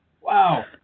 Wow